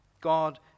God